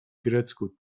grecku